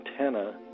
antenna